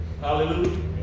Hallelujah